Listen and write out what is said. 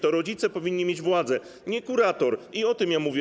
To rodzice powinni mieć władzę, nie kurator - i o tym ja mówię.